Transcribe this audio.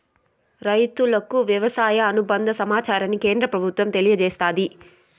రైతులకు వ్యవసాయ అనుబంద సమాచారాన్ని కేంద్ర ప్రభుత్వం తెలియచేస్తాది